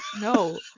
no